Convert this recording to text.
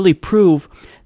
prove